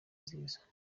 nziza